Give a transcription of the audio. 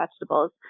vegetables